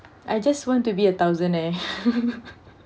I just want to be a thousand-aire